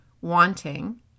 wanting